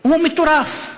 הוא מטורף,